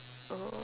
oh